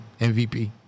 MVP